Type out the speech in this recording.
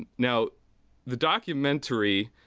now the documentary